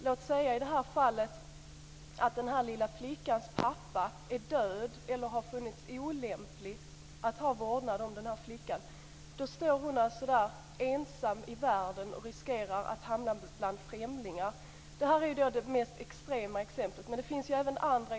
Låt oss i det här fallet säga att den lilla flickans pappa är död eller har befunnits vara olämplig att ha vårdnaden om flickan. Då står hon där ensam i världen och riskerar att hamna bland främlingar. Detta är det mest extrema exemplet, men det finns även andra.